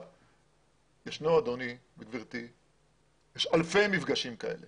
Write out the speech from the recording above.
יש אלפי מפגשים כאלה